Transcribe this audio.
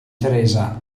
teresa